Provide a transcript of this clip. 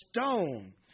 stone